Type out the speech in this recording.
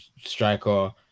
striker